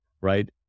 right